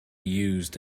used